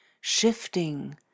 shifting